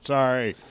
Sorry